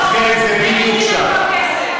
הם יודעים איפה הכסף.